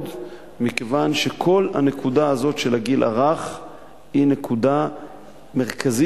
מכיוון שכל הנקודה הזאת של הגיל הרך היא נקודה מרכזית,